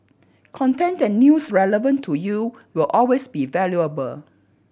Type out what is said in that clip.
content and news relevant to you will always be valuable